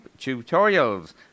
tutorials